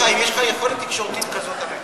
אני אגיד לכם בדיוק מה עם המערך.